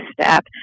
step